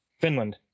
Finland